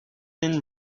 been